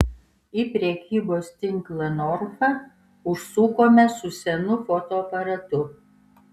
į prekybos tinklą norfa užsukome su senu fotoaparatu